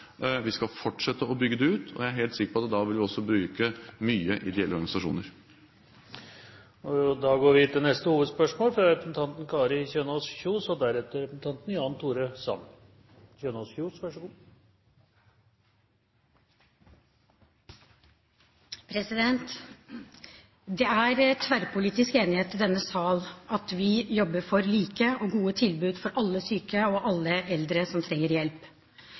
vi skal fortsette å bygge det ut, og jeg er helt sikker på at vi da også vil bruke ideelle organisasjoner mye. Da går vi videre til neste hovedspørsmål. Det er tverrpolitisk enighet i denne sal om at vi jobber for like, og gode, tilbud for alle syke og alle eldre som trenger hjelp.